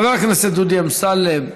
חבר הכנסת דודי אמסלם,